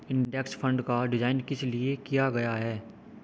Index fund का design किस लिए किया गया है?